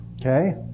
Okay